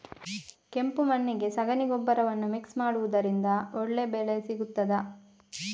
ಕೆಂಪು ಮಣ್ಣಿಗೆ ಸಗಣಿ ಗೊಬ್ಬರವನ್ನು ಮಿಕ್ಸ್ ಮಾಡುವುದರಿಂದ ಒಳ್ಳೆ ಬೆಳೆ ಸಿಗುತ್ತದಾ?